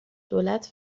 دولت